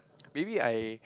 maybe I